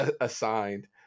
assigned